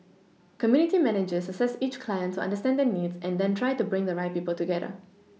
community managers assess each client to understand their needs and then try to bring the right people together